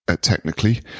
technically